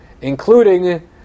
including